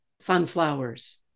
sunflowers